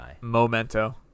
Memento